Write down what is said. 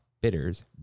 Bitters